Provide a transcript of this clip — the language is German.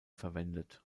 verwendet